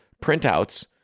printouts